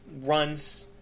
runs